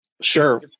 sure